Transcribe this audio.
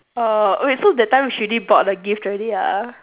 uh wait so that time she already bought the gift already ah